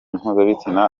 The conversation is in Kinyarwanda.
mpuzabitsina